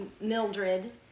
Mildred